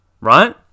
right